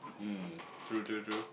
um true true true